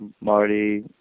Marty